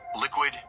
liquid